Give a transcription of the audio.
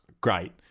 great